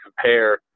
compare